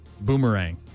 Boomerang